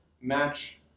match